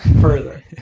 further